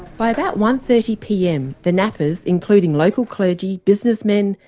by about one. thirty pm the nappers, including local clergy, businessmen,